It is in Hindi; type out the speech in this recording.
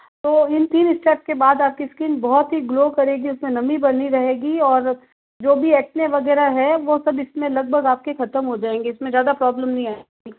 तो इन तीन स्टेप्स के बाद आपकी स्किन बहुत ही ग्लो करेगी उसमें नमी बनी रहेगी और जो भी एक्ने वगैरह है वो सब इसमें लगभग आपके खत्म हो जाएंगे इसमें ज़्यादा प्रॉब्लम नहीं आएगी